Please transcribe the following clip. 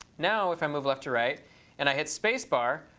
now if i move left to right and i hit spacebar,